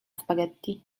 spaghetti